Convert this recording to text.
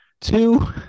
Two